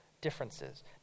differences